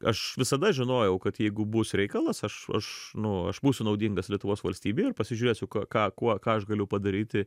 aš visada žinojau kad jeigu bus reikalas aš aš nu aš būsiu naudingas lietuvos valstybei ir pasižiūrėsiu ką kuo ką aš galiu padaryti